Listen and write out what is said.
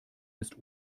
ist